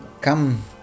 come